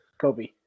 Kobe